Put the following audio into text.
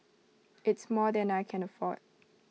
it's more than I can afford